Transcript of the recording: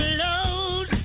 load